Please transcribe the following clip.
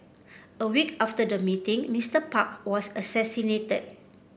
a week after the meeting Mister Park was assassinated